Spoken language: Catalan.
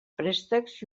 préstecs